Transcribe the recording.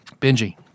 Benji